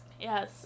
Yes